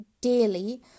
daily